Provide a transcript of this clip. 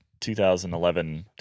2011